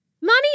Money